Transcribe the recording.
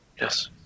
Yes